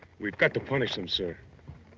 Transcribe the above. we've got to find us some. so